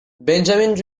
benjamin